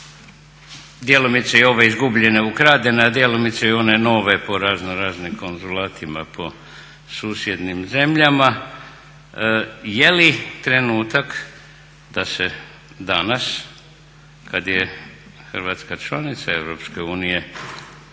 djelomice i ove izgubljene i ukradene a djelomice i one nove po razno raznim konzulatima po susjednim zemljama. Je li trenutak da se danas kad je Hrvatska članica EU